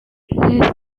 they